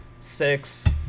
Six